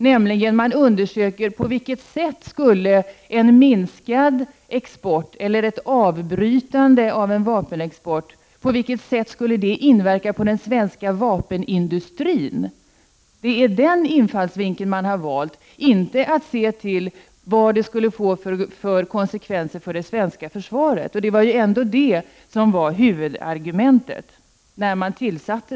Den undersöker nämligen på vilket sätt en minskad export eller ett avbrytande av vapenexporten skulle inverka på den svenska vapenindustrin. Det är den infallsvinkeln utredningen har valt — inte att studera vilka konsekvenser detta skulle få för det svenska försvaret. Det var ändå det som var huvudargumentet när utredningen tillsattes.